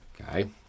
Okay